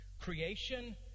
Creation